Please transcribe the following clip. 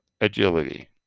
agility